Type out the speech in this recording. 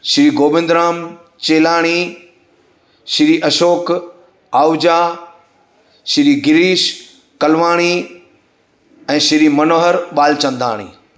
श्री गोविंदराम चेलाणी श्री अशोक आहुजा श्री गिरिश कलवाणी ऐं श्री मनोहर बालचंदाणी